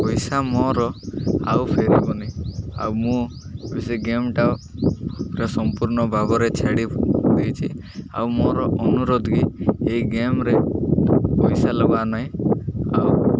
ପଇସା ମୋର ଆଉ ଫେରିବନି ଆଉ ମୁଁ ସେ ଗେମ୍ରେ ପୁରା ସମ୍ପୂର୍ଣ୍ଣ ଭାବରେ ଛାଡ଼ି ଦେଇଛି ଆଉ ମୋର ଅନୁରୋଧ କିି ଏଇ ଗେମ୍ରେ ପଇସା ଲଗାଅ ନାହିଁ ଆଉ